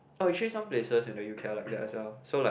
oh actually some places in the U_K are like that as well so like